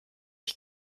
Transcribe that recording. ich